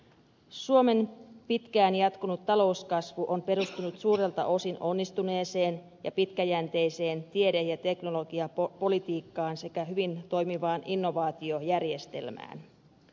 suomen pitkään jatkunut talouskasvu on perustunut suurelta osin onnistuneeseen ja pitkäjänteiseen tiede ja teknologiapolitiikkaan sekä hyvin toimivaan innovaatiojärjestelmään